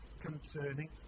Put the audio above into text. concerning